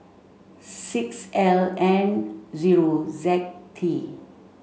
six L N zero Z T